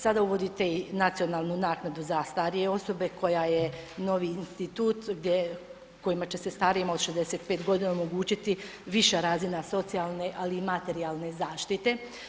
Sada uvodite i nacionalnu naknadu za starije osobe koja je novi institut gdje, kojima će se starijim osobama od 65 godina omogućiti viša razina socijalne ali i materijalne zaštite.